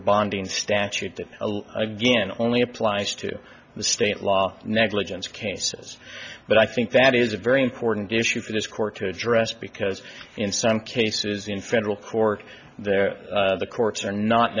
bonding statute that again only applies to the state law negligence cases but i think that is a very important issue for this court to address because in some cases in federal court there the courts are not